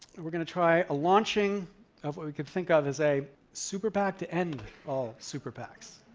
we're going to try a launching of what we can think of as a super pac to end all super pacs.